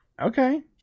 Okay